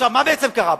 מה בעצם קרה פה?